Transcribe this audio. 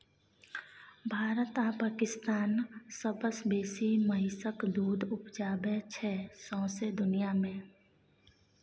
भारत आ पाकिस्तान सबसँ बेसी महिषक दुध उपजाबै छै सौंसे दुनियाँ मे